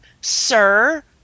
sir